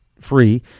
free